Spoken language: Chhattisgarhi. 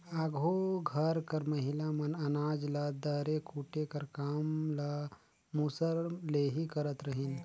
आघु घर कर महिला मन अनाज ल दरे कूटे कर काम ल मूसर ले ही करत रहिन